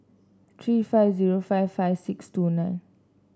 three five zero five five six two nine